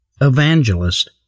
evangelist